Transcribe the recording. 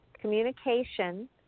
communication